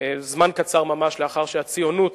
זמן קצר ממש לאחר שהציונות